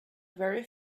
very